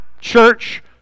church